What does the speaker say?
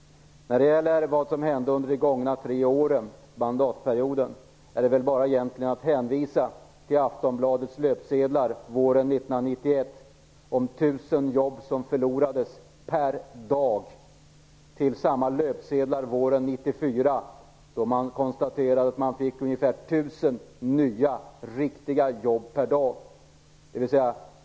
När det gäller vad som hände under mandatperioden de tre gångna åren, är det bara att hänvisa till Aftonbladets löpsedlar våren 1991, om 1 000 jobb som förlorades per dag, och löpsedlarna våren 1994, där det konstaterades att man fick ungefär 1 000 nya riktiga jobb per dag.